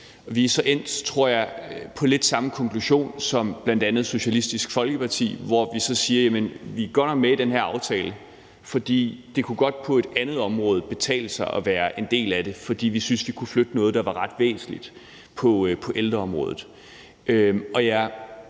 tror jeg, på lidt samme konklusion som Socialistisk Folkeparti, hvor vi så siger, at vi går med i den her aftale, fordi det på et andet område godt kunne betale sig at være en del af den, fordi vi kunne flytte noget, der var ret væsentligt på ældreområdet.